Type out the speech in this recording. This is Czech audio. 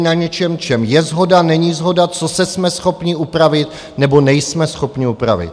Na něčem, čem je shoda, není shoda, co jsme schopni upravit, nebo nejsme schopni upravit.